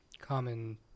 common